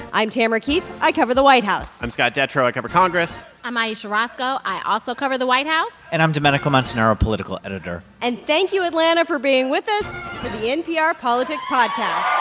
i'm tamara keith. i cover the white house i'm scott detrow. i cover congress i'm ayesha rascoe. i also cover the white house and i'm domenico montanaro, political editor and thank you, atlanta, for being with us for the npr politics podcast